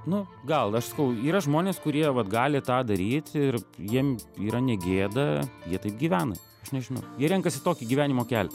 nu gal aš sakau yra žmonės kurie vat gali tą daryt ir jiem yra negėda jie taip gyvena aš nežinau jie renkasi tokį gyvenimo kelią